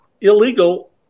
illegal